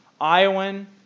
Iowan